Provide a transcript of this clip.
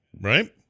Right